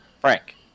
Frank